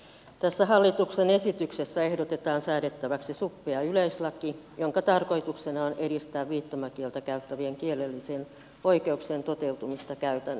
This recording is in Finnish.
tässä hallituksen esityksessä ehdotetaan säädettäväksi suppea yleislaki jonka tarkoituksena on edistää viittomakieltä käyttävien kielellisien oikeuksien toteutumista käytännössä